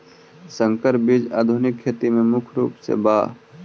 संकर बीज आधुनिक खेती में मुख्य रूप से बा